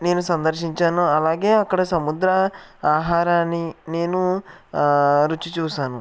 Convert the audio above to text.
నేను సందర్శించాను అలాగే అక్కడ సముద్ర ఆహారాన్ని నేను రుచి చూసాను